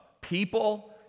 people